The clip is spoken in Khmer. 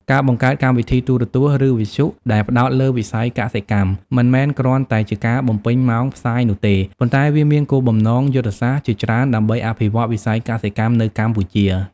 ការបង្កើតកម្មវិធីទូរទស្សន៍ ឬវិទ្យុដែលផ្តោតលើវិស័យកសិកម្ម មិនមែនគ្រាន់តែជាការបំពេញម៉ោងផ្សាយនោះទេ ប៉ុន្តែវាមានគោលបំណងយុទ្ធសាស្ត្រជាច្រើនដើម្បីអភិវឌ្ឍវិស័យកសិកម្មនៅកម្ពុជា។